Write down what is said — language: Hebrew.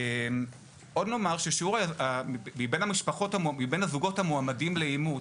עוד נאמר שמבין הזוגות המועמדים לאימוץ,